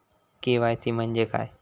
KYC म्हणजे काय?